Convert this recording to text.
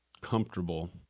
comfortable